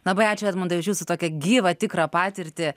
labai ačiū edmundai už jūsų tokią gyvą tikrą patirtį